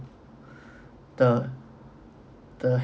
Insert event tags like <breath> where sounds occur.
<breath> the the